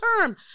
term